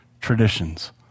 Traditions